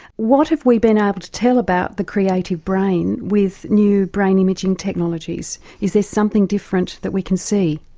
what have we been able to tell about the creative brain with new brain imaging technologies? is there something different that we can see?